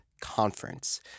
Conference